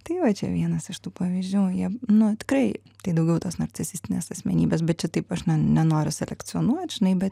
tai va čia vienas iš tų pavyzdžių jie nu tikrai tai daugiau tos narcisistinės asmenybės bet čia taip aš nenoriu selekcionuoti žinai bet